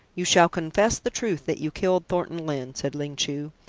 you shall confess the truth that you killed thornton lyne, said ling chu.